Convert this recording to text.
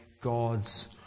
God's